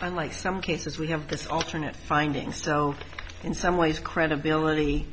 life some cases we have this alternate findings in some ways credibility